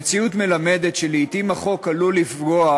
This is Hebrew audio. המציאות מלמדת שלעתים החוק עלול לפגוע